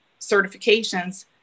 certifications